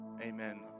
Amen